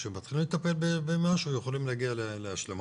כשמתחילים לטפל במשהו יכולים להגיע להשלמה,